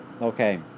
Okay